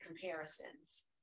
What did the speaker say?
comparisons